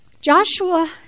Joshua